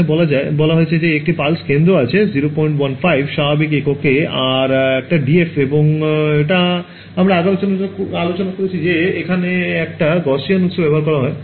এখানে বলা হয়েছে যে একটি pulse কেন্দ্র আছে 015 স্বাভাবিক এককে আর একটা df এবং এটা আমরা আগে আলোচনা করেছি যে এখানে একটা Gaussian উৎস ব্যবহার করা হয়েছে